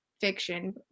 fiction